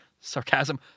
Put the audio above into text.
Sarcasm